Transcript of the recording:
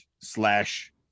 slash